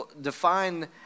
define